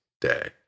day